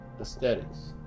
aesthetics